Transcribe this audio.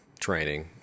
training